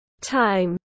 time